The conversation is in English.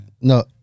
No